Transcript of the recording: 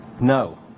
no